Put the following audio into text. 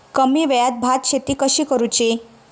कमी वेळात भात शेती कशी करुची?